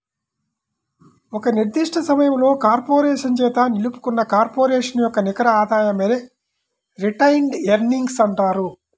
ఒక నిర్దిష్ట సమయంలో కార్పొరేషన్ చేత నిలుపుకున్న కార్పొరేషన్ యొక్క నికర ఆదాయమే రిటైన్డ్ ఎర్నింగ్స్ అంటారు